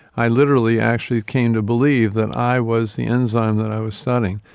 i literally actually came to believe that i was the enzyme that i was studying,